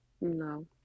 No